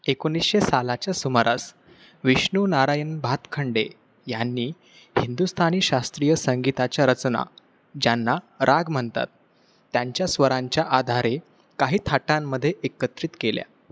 एकोणीसशे सालाच्या सुमारास विष्णू नारायण भातखंडे ह्यांनी हिंदुस्थानी शास्त्रीय संगीताच्या रचना ज्यांना राग म्हणतात त्यांच्या स्वरांच्या आधारे काही थाटांमध्ये एकत्रित केल्या